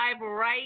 right